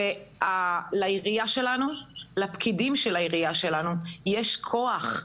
לעירייה שלנו, לפקידים של העירייה, יש כוח.